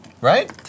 Right